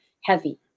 heavy